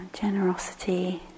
generosity